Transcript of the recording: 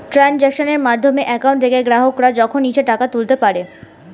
ট্রানজাক্শনের মাধ্যমে অ্যাকাউন্ট থেকে গ্রাহকরা যখন ইচ্ছে টাকা তুলতে পারে